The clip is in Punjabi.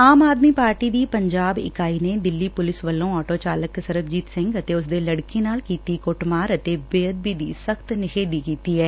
ਆਮ ਆਦਮੀ ਪਾਰਟੀ ਦੀ ਪੰਜਾਬ ਇਕਾਈ ਨੇ ਦਿੱਲੀ ਪੁਲਿਸ ਵੱਲੋਂ ਆਟੋ ਚਾਲਕ ਸਰਬਜੀਤ ਸਿੰਘ ਅਤੇ ਊਸ ਦੇ ਲੜਕੇ ਨਾਲ ਕੀਤੀ ਕੁੱਟਮਾਰ ਅਤੇ ਬੇਅਦਬੀ ਦੀ ਸਖ਼ਤ ਨਿਖੇਧੀ ਕੀਤੀ ਐ